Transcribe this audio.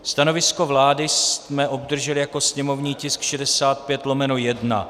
Stanovisko vlády jsme obdrželi jako sněmovní tisk 65/1.